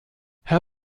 herr